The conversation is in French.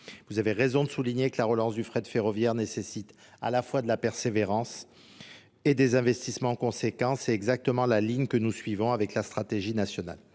Vous avez raison de souligner que la relance du fret ferroviaire nécessite à la fois de la persévérance et des investissements conséquents. C'est exactement la ligne que nous suivons avec la stratégie nationale.